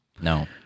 No